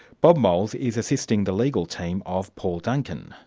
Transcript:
bob moles is assisting the legal team of paul duncan.